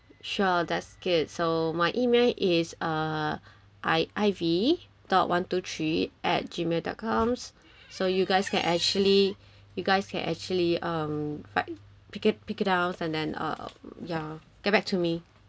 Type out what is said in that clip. sure that's good so my email is uh I Ivy dot one two three at gmail dot coms so you guys can actually you guys can actually um try pick it pick it out and then uh ya get back to me